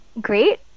great